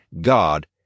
God